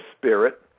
spirit